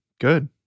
Good